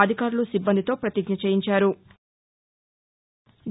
అధికారులు సిబ్బందితో పతిజ్ఞ చేయించారు